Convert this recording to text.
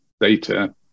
data